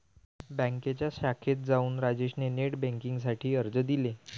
बँकेच्या शाखेत जाऊन राजेश ने नेट बेन्किंग साठी अर्ज दिले